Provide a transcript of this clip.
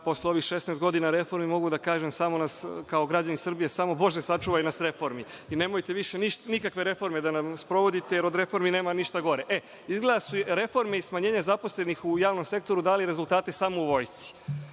posle ovih 16 godina reformi mogu da kažem kao građanin Srbije – bože sačuvaj nas reformi. Nemojte više nikakve reforme da nam sprovodite, jer od reformi nema ništa gore. Izgleda da su reforme i smanjenje zaposlenih u javnom sektoru dali rezultate samo u vojsci,